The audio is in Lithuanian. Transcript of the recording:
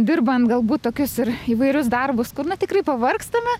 dirbant galbūt tokius ir įvairius darbus kur na tikrai pavargstame